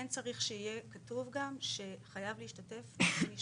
צריך שיהיה כתוב גם שחייב להשתתף הגורם המקצועי.